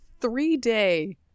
Three-day